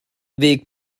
weg